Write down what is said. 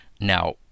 now